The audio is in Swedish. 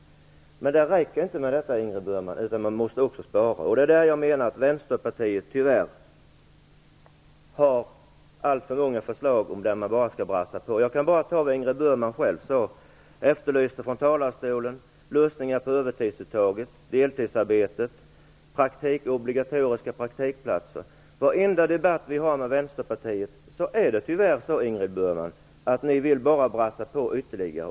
Men det räcker alltså inte med detta, Ingrid Burman, utan man måste också spara. Jag menar att Vänsterpartiet tyvärr har alltför många förslag som innebär att man bara brassar på. Låt mig t.ex. peka på det som Ingrid Burman själv efterlyste från kammarens talarstol, påplussningar på övertidsuttaget, deltidsarbete och obligatoriska praktikplatser. I varenda debatt som vi för med Vänsterpartiet är det tyvärr så, Ingrid Burman, att ni bara vill brassa på ytterligare.